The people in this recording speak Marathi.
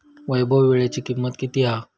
वैभव वीळ्याची किंमत किती हा?